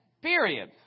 Period